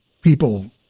people